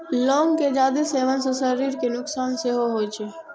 लौंग के जादे सेवन सं शरीर कें नुकसान सेहो होइ छै